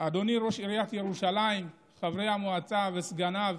אדוני ראש עיריית ירושלים, חברי המועצה וסגניו,